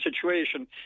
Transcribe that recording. situation